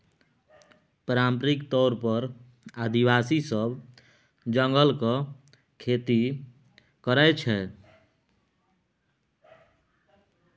पारंपरिक तौर पर आदिवासी सब जंगलक खेती करय छै